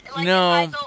No